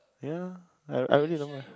yeah I I really don't mind